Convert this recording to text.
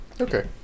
okay